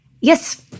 Yes